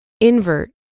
invert